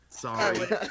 Sorry